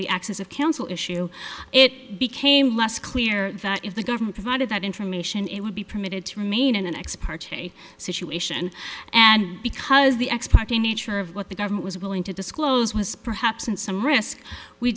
the access of counsel issue it became less clear that if the government provided that information it would be permitted to remain in an ex parte situation and because the ex parte nature of what the government was willing to disclose was perhaps in some risk we